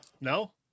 No